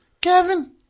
Kevin